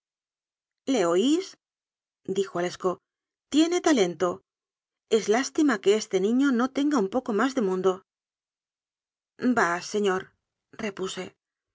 le oís dijo a lescaut tiene ta lento es lástima que este niño no tenga un poco más de mundo bah